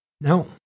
No